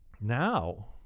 Now